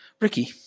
Ricky